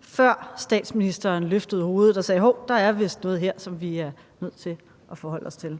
før statsministeren løftede hovedet og sagde: Hov, der er vist noget her, som vi er nødt til at forholde os til.